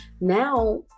now